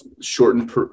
shortened